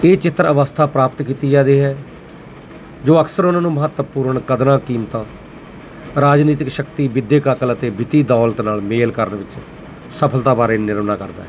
ਇਹ ਚਿੱਤਰ ਅਵਸਥਾ ਪ੍ਰਾਪਤ ਕੀਤੀ ਜਾਂਦੀ ਹੈ ਜੋ ਅਕਸਰ ਉਹਨਾਂ ਨੂੰ ਮਹੱਤਵਪੂਰਨ ਕਦਰਾਂ ਕੀਮਤਾਂ ਰਾਜਨੀਤਿਕ ਸ਼ਕਤੀ ਵਿਦਿਅਕ ਅਕਲ ਅਤੇ ਵਿੱਤੀ ਦੌਲਤ ਨਾਲ ਮੇਲ ਕਰਨ ਵਿੱਚ ਸਫਲਤਾ ਬਾਰੇ ਨਿਰਮਲਾ ਕਰਦਾ ਹੈ